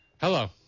hello